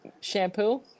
shampoo